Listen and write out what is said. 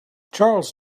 charles